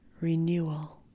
renewal